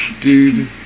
Dude